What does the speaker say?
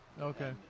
Okay